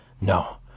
No